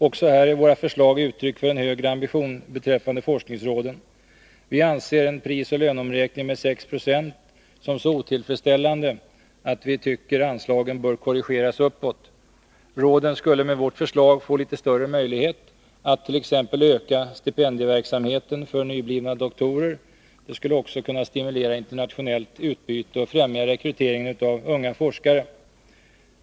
Också här är våra förslag uttryck för en högre ambition beträffande forskningsråden. Vi anser en prisoch löneomräkning med 6 20 som så otillfredsställande att vi tycker att anslagen bör korrigeras uppåt. Råden skulle med vårt förslag få litet större möjlighet att t.ex. öka stipendieverksamheten avseende nyblivna doktorer. Det skulle också kunna stimulera internationellt utbyte och främja rekryteringen av unga forskare.